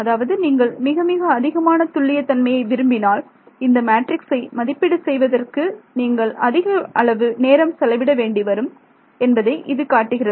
அதாவது நீங்கள் மிக மிக அதிகமான துல்லியத்தன்மையை விரும்பினால் இந்த மேட்ரிக்ஸை மதிப்பீடு செய்வதற்கு நீங்கள் அதிக அளவு நேரம் செலவிட வேண்டிவரும் என்பதை இது காட்டுகிறது